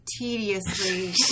Tediously